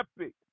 epic